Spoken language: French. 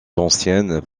anciennes